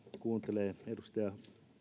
kuuntelee edustaja